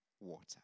water